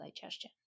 digestion